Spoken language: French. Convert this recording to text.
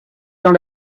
dans